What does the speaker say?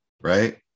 right